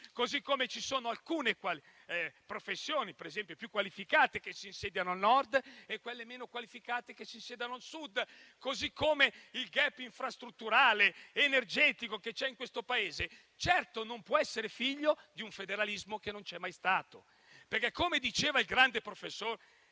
modo, ci sono alcune professioni più qualificate che si insediano al Nord e altre meno qualificate che si insediano al Sud e il *gap* infrastrutturale ed energetico che c'è in questo Paese non può certo essere figlio di un federalismo che non c'è mai stato, perché, come diceva il grande professor